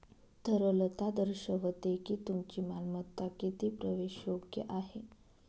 तरलता दर्शवते की तुमची मालमत्ता किती प्रवेशयोग्य आहे